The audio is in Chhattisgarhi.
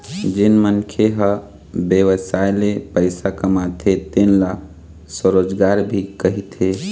जेन मनखे ह बेवसाय ले पइसा कमाथे तेन ल स्वरोजगार भी कहिथें